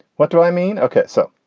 what do i mean? ok. so,